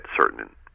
certain